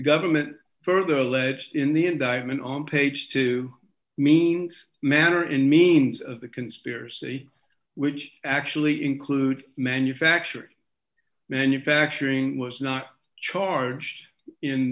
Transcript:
government further alleged in the indictment on page two mean manner in means of the conspiracy which actually include manufacturing manufacturing was not charged in